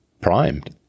primed